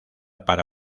para